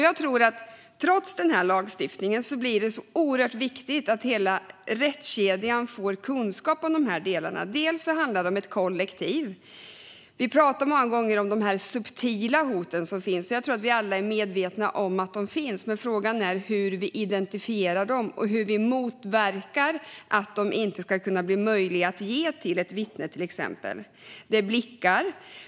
Jag tror att det trots denna lagstiftning är oerhört viktigt att hela rättskedjan får kunskap om dessa delar. Det handlar om ett kollektiv. Vi talar många gånger om de subtila hot som förekommer. Jag tror att vi alla är medvetna om att de finns, men frågan är hur vi identifierar dem och hur vi motverkar att de blir möjliga att framföra till exempelvis ett vittne. Det kan röra sig om blickar.